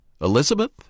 elizabeth